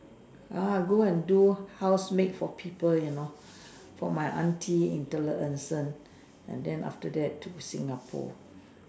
ah go and do housemaid for people you know for my auntie in and then after that to Singapore